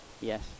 yes